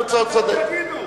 הוא צודק.